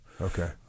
Okay